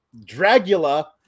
Dragula